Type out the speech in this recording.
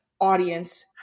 audience